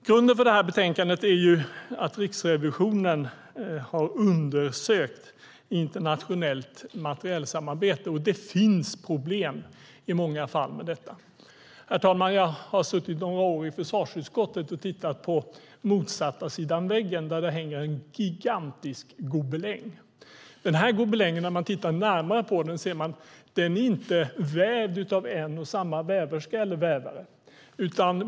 Grunden för det här betänkandet är ju att Riksrevisionen har undersökt internationellt materielsamarbete. Och det finns problem med detta i många fall. Herr talman! Jag har suttit några år i försvarsutskottet och tittat på väggen på motsatta sidan. Där hänger det en gigantisk gobeläng. När man tittar närmare på den här gobelängen ser man att den inte är vävd av en och samma väverska eller vävare.